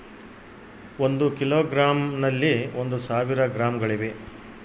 ಒಂದು ಕಿಲೋಗ್ರಾಂ ನಲ್ಲಿ ಒಂದು ಸಾವಿರ ಗ್ರಾಂಗಳಿವೆ